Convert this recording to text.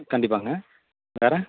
கண்டிப்பாங்க வேறு